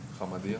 חמדיה,